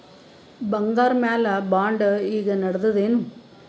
ಬಂಗಾರ ಮ್ಯಾಲ ಬಾಂಡ್ ಈಗ ನಡದದೇನು?